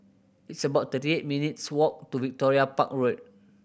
it's about thirty eight minutes' walk to Victoria Park Road